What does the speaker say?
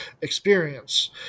experience